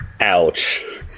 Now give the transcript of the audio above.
Ouch